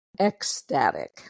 ecstatic